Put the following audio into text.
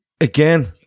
again